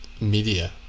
media